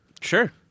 Sure